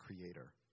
creator